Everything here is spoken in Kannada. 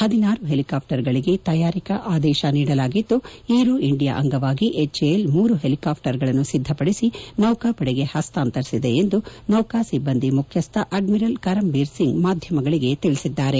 ಪದಿನಾರು ಹೆಲಿಕಾಪ್ಲರ್ಗಳಗೆ ತಯಾರಿಕಾ ಆದೇಶ ನೀಡಲಾಗಿದ್ದು ಏರೋ ಇಂಡಿಯಾ ಆಂಗವಾಗಿ ಎಜ್ಎಎಲ್ ಮೂರು ಹೆಲಿಕಾಪ್ವರ್ಗಳನ್ನು ಸಿದ್ದಪಡಿಸಿ ನೌಕಾಪಡೆಗೆ ಹಸ್ತಾಂತರಿಸಿದೆ ಎಂದು ನೌಕಾ ಸಿಬ್ಲಂದಿ ಮುಖ್ಯಸ್ಥ ಅಡ್ಲಿರಲ್ ಕರಮ್ ಬೀರ್ ಸಿಂಗ್ ಮಾಧ್ಯಮಗಳಿಗೆ ತಿಳಿಸಿದ್ದಾರೆ